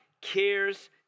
cares